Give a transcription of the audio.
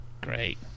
great